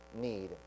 need